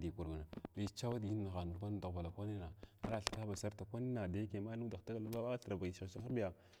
kidkarna li chawa diginahin daghwalakwaning arl thikna ba sarta kwanna dayake hai nuda dagaw da bathir shahshahshah biya.